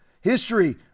History